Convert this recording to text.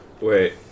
Wait